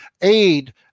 aid